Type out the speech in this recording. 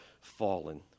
fallen